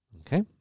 Okay